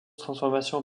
transformations